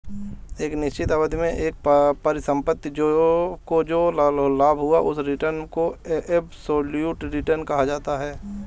एक निश्चित अवधि में एक परिसंपत्ति को जो लाभ हुआ उस रिटर्न को एबसोल्यूट रिटर्न कहा जाता है